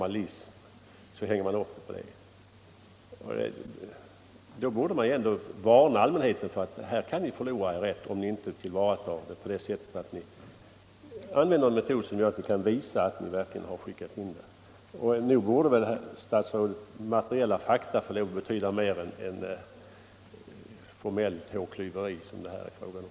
Allmänheten borde väl ändå varnas för att man kan förlora sin rätt om man inte använder en metod så att man kan visa att man verkligen har skickat in sin inkomstanmälan. Nog borde, herr statsråd, materiella fakta få betyda mer än formellt hårklyveri, som det här är fråga om.